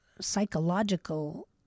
psychological